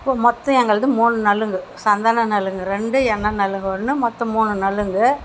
மொத்தம் எங்களுது மூணு நலங்கு சந்தன நலங்கு ரெண்டு எண்ணெய் நலங்கு ஒன்று மொத்தம் மூணு நலங்கு